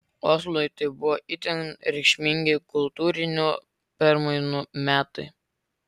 oslui tai buvo itin reikšmingi kultūrinių permainų metai